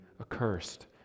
accursed